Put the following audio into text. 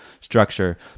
structure